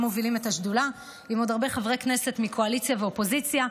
הם מובילים את השדולה עם עוד הרבה חברי כנסת מהקואליציה והאופוזיציה.